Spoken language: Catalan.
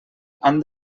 han